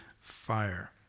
fire